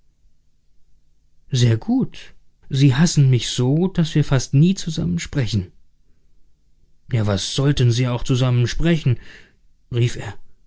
mumien sehr gut sie hassen mich so daß wir fast nie zusammen sprechen ja was sollten sie auch zusammen sprechen rief er